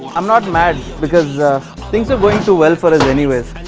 i'm not mad because things are going too well for as anyways.